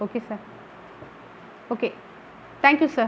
okay sir okay thank you sir